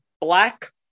Black